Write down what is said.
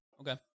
Okay